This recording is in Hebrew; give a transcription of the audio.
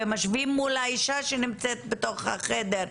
ומשווים מול האישה שנמצאת בתוך החדר.